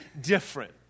different